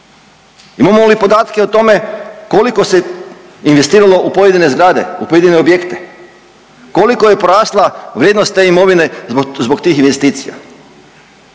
Imamo li podatke o tome koliko se investiralo u pojedine zgrade, u pojedine objekte, koliko je porasla vrijednost te imovine zbog tih investicija?